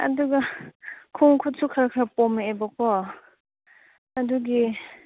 ꯑꯗꯨꯒ ꯈꯣꯡ ꯈꯨꯠꯁꯨ ꯈꯔ ꯈꯔ ꯄꯣꯝꯂꯛꯂꯦꯕꯀꯣ ꯑꯗꯨꯒꯤ